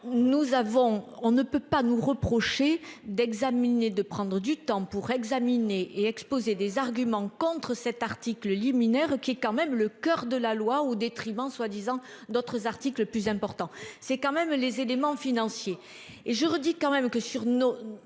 On ne peut pas nous reprocher d'examiner de prendre du temps pour examiner et exposé des arguments contre cet article liminaire qui est quand même le coeur de la loi au détriment soi-disant d'autres articles le plus important c'est quand même les éléments financiers